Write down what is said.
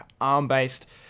ARM-based